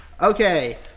Okay